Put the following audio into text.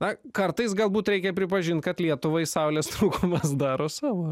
na kartais galbūt reikia pripažint kad lietuvai saulės trūkumas daro savo